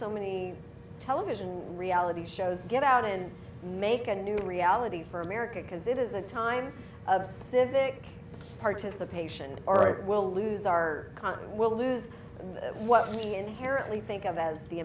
so many television reality shows get out and make a new reality for america because it is a time of civic participation all right we'll lose our con we'll lose what we inherently think of as the